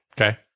Okay